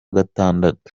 gatandatu